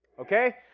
okay